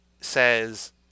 says